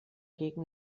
gegen